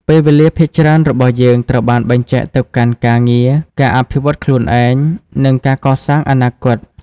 ពេលវេលាភាគច្រើនរបស់យើងត្រូវបានបែងចែកទៅកាន់ការងារ ការអភិវឌ្ឍន៍ខ្លួនឯង និងការកសាងអនាគត។